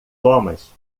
thomas